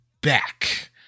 back